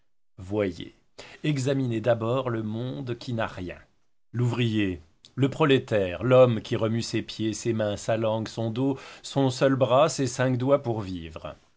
voyez examinez d'abord le monde qui n'a rien l'ouvrier le prolétaire l'homme qui remue ses pieds ses mains sa langue son dos son seul bras ses cinq doigts pour vivre